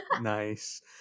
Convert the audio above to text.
Nice